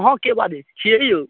अहाँके बाजै छिए औ